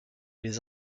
les